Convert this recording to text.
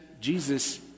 Jesus